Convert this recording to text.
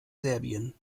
serbien